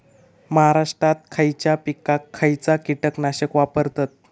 महाराष्ट्रात खयच्या पिकाक खयचा कीटकनाशक वापरतत?